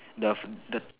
the the